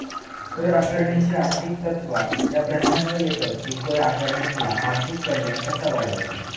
कर आकारणीची आर्थिक तत्त्वा ह्या प्रश्नावर येतत कि कर आकारणीतना आर्थिक कल्याण कसा वाढवायचा?